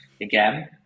again